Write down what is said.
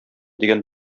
дигән